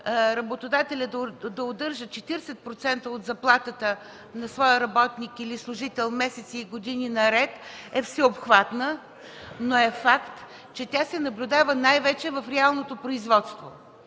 работодателят да удържа 40% от заплатата на своя работник или служител месеци и години наред е всеобхватна, но е факт, че тя се наблюдава най-вече в реалното производство.